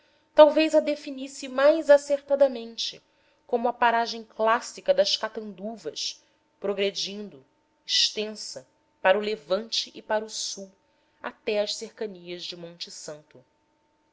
talvez a definisse mais acertadamente como a paragem clássica das caatanduvas progredindo extensa para o levante e para o sul até às cercanias de monte santo